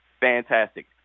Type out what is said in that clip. Fantastic